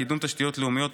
קידום תשתיות לאומיות,